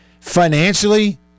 Financially